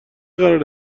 قراره